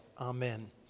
amen